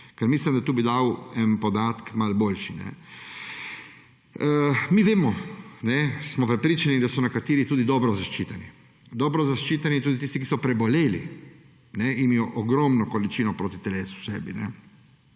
ne? Mislim, da bi pregled krvi dal malo boljši podatek. Mi vemo, smo prepričani, da so nekateri tudi dobro zaščiteni. Dobro so zaščiteni tudi tisti, ki so preboleli in imajo ogromno količino protiteles v sebi.